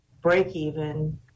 break-even